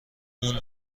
اون